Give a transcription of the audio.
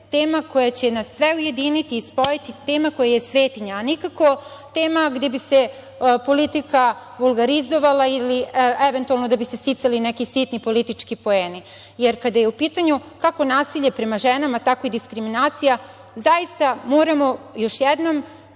tema koja će nas sve ujediniti i spojiti, tema koja je svetinja, a nikako tema gde bi se politika vulgarizovala ili eventualno da bi se sticali neki sitni politički poeni, jer kada je u pitanju kako nasilje prema ženama, tako i diskriminacija, zaista moramo još jednom